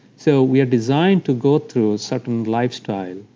so we are designed to go through certain lifestyle,